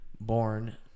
born